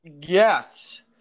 Yes